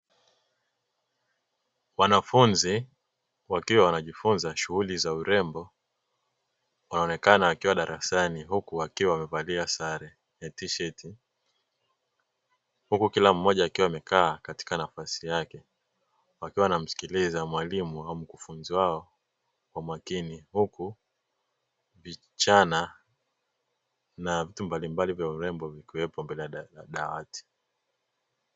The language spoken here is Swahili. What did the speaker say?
Wanafunzi wakiwa wanajifunza shughuli za urembo, wanaonekana wakiwa darasani huku wakiwa wamevalia sare ya tisheti. Huku kila mmoja akiwa amekaa katika nafasi yake wakiwa wanamsikiliza mwalimu au mkufunzi wao kwa makini. Huku vichana na vitu mbalimbali vya urembo vikiwepo mbele ya dawati.